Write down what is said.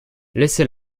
laissez